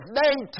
name